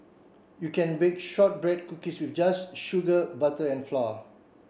you can bake shortbread cookies just sugar butter and flour